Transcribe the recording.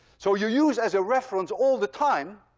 so you use, as a reference all the time,